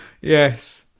Yes